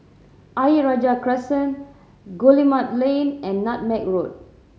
Ayer Rajah Crescent Guillemard Lane and Nutmeg Road